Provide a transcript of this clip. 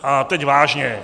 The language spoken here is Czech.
A teď vážně.